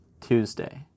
Tuesday